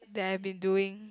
that I've been doing